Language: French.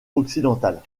occidentale